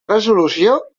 resolució